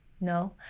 No